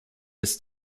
bis